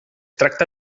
tracta